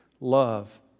love